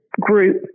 group